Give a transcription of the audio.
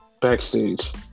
Backstage